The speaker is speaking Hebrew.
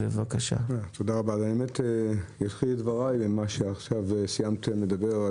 אני אתחיל את דבריי בנושא שהעלית בסיום דבריך.